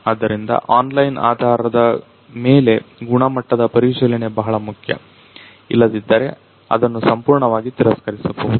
ಆದ್ದರಿಂದ ಆನ್ಲೈನ್ ಆಧಾರದ ಮೇಲೆ ಗುಣಮಟ್ಟದ ಪರಿಶೀಲನೆ ಬಹಳ ಮುಖ್ಯ ಇಲ್ಲದಿದ್ದರೆ ಅದನ್ನ ಸಂಪೂರ್ಣವಾಗಿ ತಿರಸ್ಕರಿಸಬಹುದು